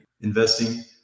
investing